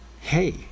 Hey